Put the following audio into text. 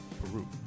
Peru